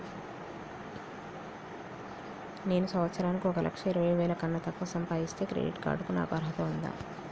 నేను సంవత్సరానికి ఒక లక్ష ఇరవై వేల కన్నా తక్కువ సంపాదిస్తే క్రెడిట్ కార్డ్ కు నాకు అర్హత ఉందా?